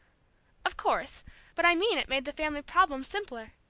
of course but i mean it made the family problem simpler,